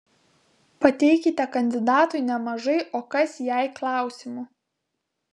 pateikite kandidatui nemažai o kas jei klausimų